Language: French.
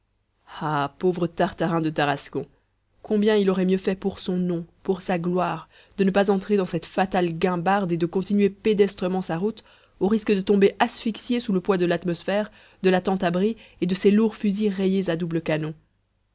ah pauvre tartarin de tarascon combien il aurait mieux fait pour son nom pour sa gloire de ne pas entrer dans cette fatale guimbarde et de continuer pédestrement sa route au risque de tomber asphyxié sous le poids de l'atmosphère de la tente abri et de ses lourds fusils rayés à doubles canons